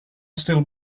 still